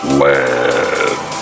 land